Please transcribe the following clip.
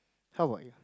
how about you